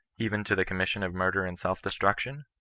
even to the commission of murder and self-destruction?